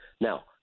Now